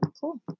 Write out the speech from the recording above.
Cool